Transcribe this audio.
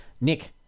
Nick